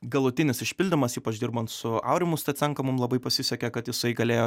galutinis išpildymas ypač dirbant su aurimu stacenka mum labai pasisekė kad jisai galėjo